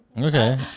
Okay